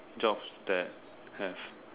jobs that have